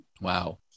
Wow